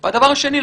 והשנייה,